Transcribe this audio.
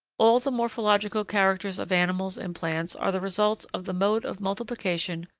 all the morphological characters of animals and plants are the results of the mode of multiplication,